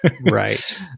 Right